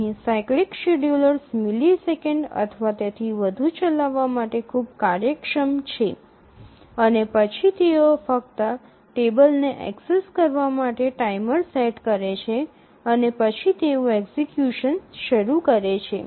અહીં cyclic schedulers millisecond અથવા તેથી વધુ ચલાવવા માટે ખૂબ કાર્યક્ષમ છે અને તે પછી તેઓ ફક્ત ટેબલને એક્સેસ કરવા માટે ટાઇમર સેટ કરે છે અને પછી તેઓ એક્ઝિકયુશન શરૂ કરે છે